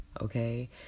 okay